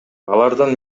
алардан